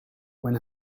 when